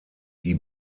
die